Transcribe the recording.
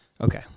Okay